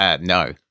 No